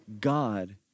God